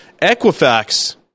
Equifax